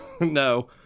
no